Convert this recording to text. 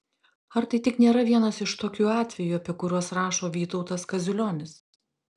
ar tai tik nėra vienas iš tokių atvejų apie kuriuos rašo vytautas kaziulionis